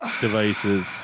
devices